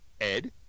Ed